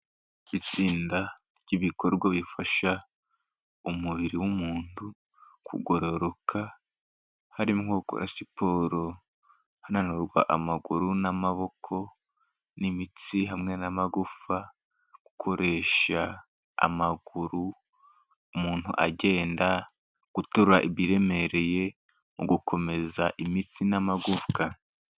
Itsinda ry'ibikorwa bifasha umubiri w'umuntu kugororoka harimo gukora siporo hananurwa amaguru n'amaboko n'imitsi hamwe n'amagufa, gukoresha amaguru umuntu agenda, guterura ibiremereye mu gukomeza imitsi n'amagufwa.